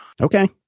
Okay